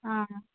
आं